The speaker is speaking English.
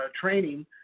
training